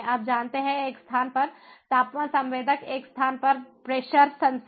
आप जानते हैं एक स्थान पर तापमान संवेदक एक स्थान पर प्रेशर सेंसर